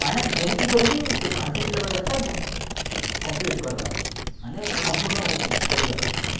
ମାନେ ଯେମିତି କରିବି ସେ ପାଞ୍ଚ କିଲୋମିଟରଟା କମ୍ପ୍ଲିଟ୍ କରିବାର ଅଛି ମାନେ ସମ୍ପୂର୍ଣ୍ଣ କରିବାର ଅଛି